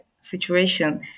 situation